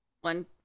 One